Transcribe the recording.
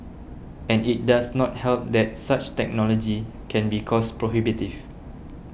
and it does not help that such technology can be cost prohibitive